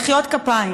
מחיאות כפיים.